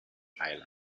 island